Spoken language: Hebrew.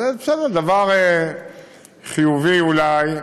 אז בסדר, זה דבר חיובי אולי,